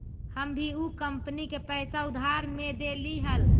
हम भी ऊ कंपनी के पैसा उधार में देली हल